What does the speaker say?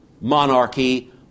monarchy